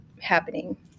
happening